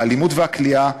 האלימות והכליאה,